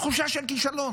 תחושה של כישלון,